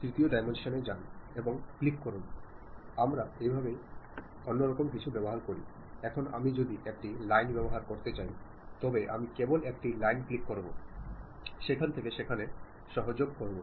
centre താൻ സന്ദേശം അയക്കേണ്ട മാർഗ്ഗം തിരഞ്ഞെടുക്കുന്നു അയാൾ ഭാഷ തിരഞ്ഞെടുക്കുന്നു സന്ദേശവും തിരഞ്ഞെടുക്കുന്നു സന്ദേശം ക്രെമപ്പെടുത്തുന്നു തുടർന്ന് ചാനലിലൂടെ അത് റിസീവറിന് അയയ്ക്കുന്നു